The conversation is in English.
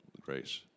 grace